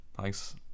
Thanks